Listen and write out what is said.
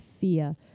fear